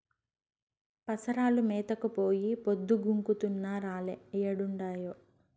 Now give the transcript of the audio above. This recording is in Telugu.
పసరాలు మేతకు పోయి పొద్దు గుంకుతున్నా రాలే ఏడుండాయో